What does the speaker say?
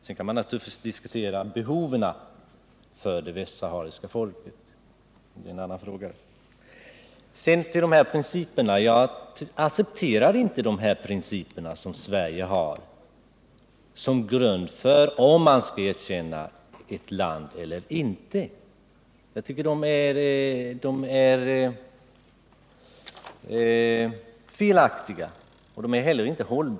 Sedan kan man naturligtvis diskutera behoven för det västsahariska folket, men det är en annan fråga. Jag accepterar inte de principer som Sverige har när det gäller om vi skall erkänna ett land eller inte. Jag anser att dessa principer är felaktiga och att de inte håller.